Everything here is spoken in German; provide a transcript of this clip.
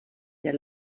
der